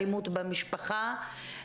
אלימות במשפחה,